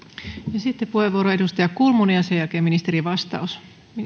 jää sitten puheenvuoro edustaja kulmunille ja sen jälkeen ministerin vastaus